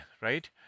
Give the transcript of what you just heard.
right